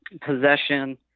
possession